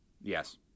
Yes